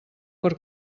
per